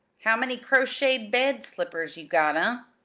how many crocheted bed-slippers you got ah?